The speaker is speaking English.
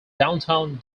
downtown